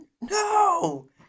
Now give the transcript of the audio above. no